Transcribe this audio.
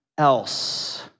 else